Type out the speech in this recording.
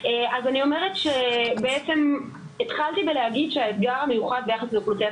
כי כמו שאני עכשיו מופיע לכם על המרקע ככה הם יהיו מרוחים מול כל הכיתה,